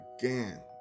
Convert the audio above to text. Again